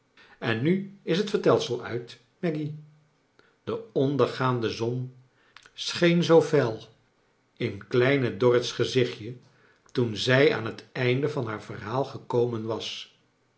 en nu is het vertelsel uit maggy de ondergaande zon scheen zoo fel in kleine dorrit's gezichtje toen zij aan het einde van haar verhaal gekomen was